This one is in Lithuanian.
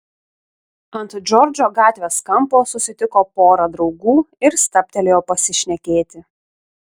ant džordžo gatvės kampo susitiko porą draugų ir stabtelėjo pasišnekėti